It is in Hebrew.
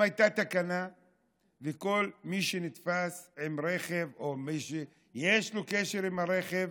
אם הייתה תקנה וכל מי שנתפס עם רכב או מי שיש לו קשר לרכב,